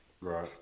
Right